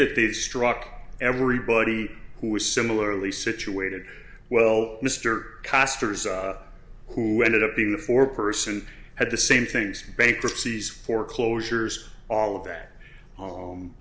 that they've struck everybody who was similarly situated well mr costner's who ended up being the four person had the same things bankruptcies foreclosures all of that